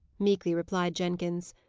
meekly replied jenkins.